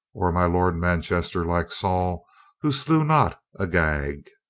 or my lord manchester, like saul who slew not agag.